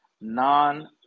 non